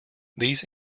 these